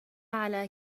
على